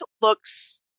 looks